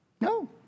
No